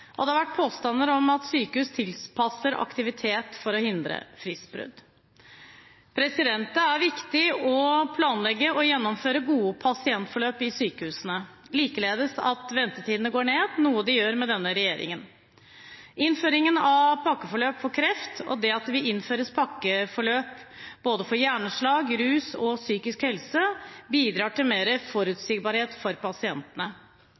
og det har vært påstander om at sykehus tilpasser aktivitet for å hindre fristbrudd. Det er viktig å planlegge og gjennomføre gode pasientforløp i sykehusene, likeledes at ventetidene går ned, noe de gjør med denne regjeringen. Innføringen av pakkeforløp for kreft og det at vi innfører pakkeforløp for både hjerneslag, rus og psykisk helse, bidrar til mer forutsigbarhet for pasientene.